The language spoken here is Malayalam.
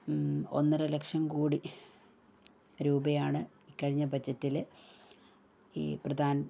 ഒന്നര ലക്ഷം കൂടി രൂപയാണ് ഈ കഴിഞ്ഞ ബജറ്റിൽ ഈ പ്രധാൻ